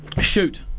Shoot